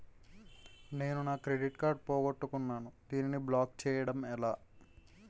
నేను నా credit card పోగొట్టుకున్నాను దానిని బ్లాక్ చేయడం ఎలా?